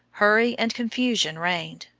hurry and confusion reigned,